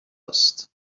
است